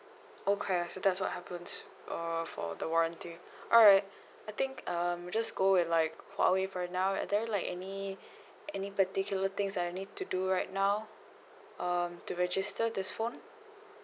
okay so that's what happens uh for the warranty alright I think um we'll just go with like huawei for now are there like any any particular things that I need to do right now um to register this phone